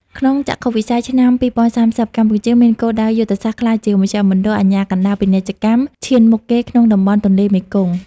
ក្នុងចក្ខុវិស័យឆ្នាំ ២០៣០ កម្ពុជាមានគោលដៅយុទ្ធសាស្ត្រក្លាយជា "មជ្ឈមណ្ឌលអាជ្ញាកណ្ដាលពាណិជ្ជកម្ម" ឈានមុខគេក្នុងតំបន់ទន្លេមេគង្គ។